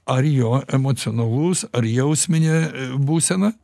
ar jo emocionalus ar jausminė būsena